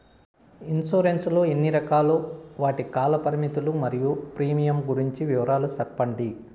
Insurance లు ఎన్ని రకాలు? వాటి కాల పరిమితులు మరియు ప్రీమియం గురించి వివరాలు సెప్పండి?